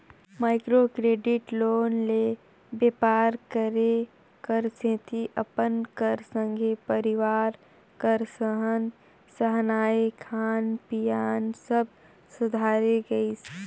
micro credit loan ले बेपार करे कर सेती अपन कर संघे परिवार कर रहन सहनए खान पीयन सब सुधारे गइस